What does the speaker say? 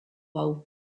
hau